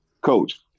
coach